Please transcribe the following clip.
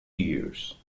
years